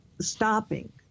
stopping